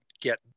get